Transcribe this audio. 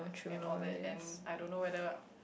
and all that and I don't know whether